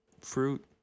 fruit